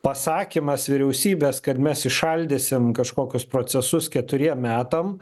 pasakymas vyriausybės kad mes įšaldysim kažkokius procesus keturiem metam